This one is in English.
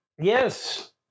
Yes